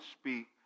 speak